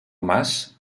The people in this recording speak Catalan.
mas